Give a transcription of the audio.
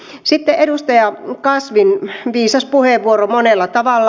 sitten edustaja kasvin viisas puheenvuoro monella tavalla